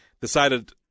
decided